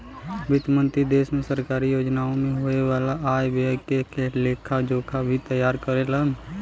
वित्त मंत्री देश में सरकारी योजना में होये वाला आय व्यय के लेखा जोखा भी तैयार करेलन